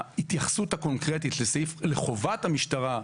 ההתייחסות הקונקרטית לחובת המשטרה,